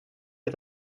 est